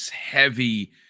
heavy